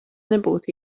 nebūtu